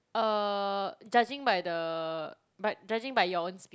uh judging by the but judging by your own speed